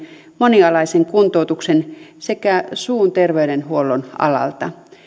monialaisen kuntoutuksen sekä suun terveydenhuollon alalta